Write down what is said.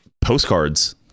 postcards